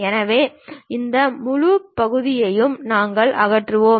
எனவே இந்த முழு பகுதியையும் நாங்கள் அகற்றுவோம்